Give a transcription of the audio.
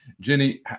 Jenny